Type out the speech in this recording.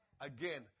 Again